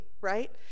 right